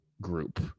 group